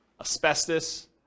asbestos